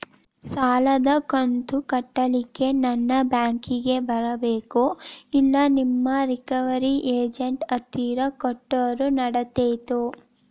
ಸಾಲದು ಕಂತ ಕಟ್ಟಲಿಕ್ಕೆ ನಾನ ಬ್ಯಾಂಕಿಗೆ ಬರಬೇಕೋ, ಇಲ್ಲ ನಿಮ್ಮ ರಿಕವರಿ ಏಜೆಂಟ್ ಹತ್ತಿರ ಕೊಟ್ಟರು ನಡಿತೆತೋ?